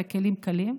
וכלים קלים.